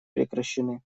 прекращены